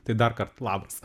tai darkart labas